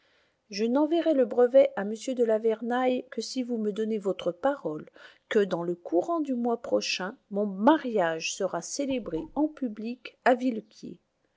je n'enverrai le brevet à m de la vernaye que si vous me donnez votre parole que dans le courant du mois prochain mon mariage sera célébré en public à villequier